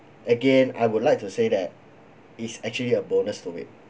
again I would like to say that it's actually a bonus to it